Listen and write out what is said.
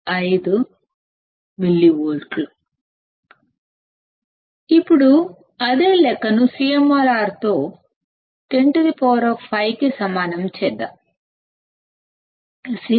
5 millivolts ఇప్పుడు అదే లెక్కను CMRR విలువ 105 తో చేద్దాం